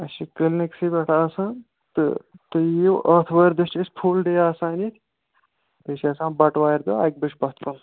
أسۍ چھِ کِلنکسٕے پٮ۪ٹھ آسان تہٕ تُہۍ یِیو آتھوارِ دۄہ چھِ أسۍ فُل ڈے آسان ییٚتہِ بیٚیہِ چھِ آسان بٹوارِ دۄہ اَکہِ بَجہِ پَتھ کُن